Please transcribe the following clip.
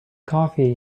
coffee